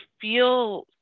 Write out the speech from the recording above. feel